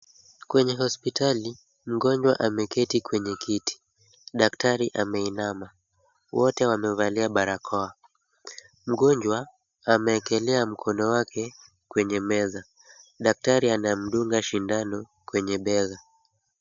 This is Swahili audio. Kwenye hospitali, mgonjwa ameketi kwenye kiti. Daktari ameinama. Wote wamevalia barakoa. Mgonjwa amewekelea mkono wake kwenye meza. Daktari anamdunga sindano kwenye bega.